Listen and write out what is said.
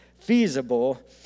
feasible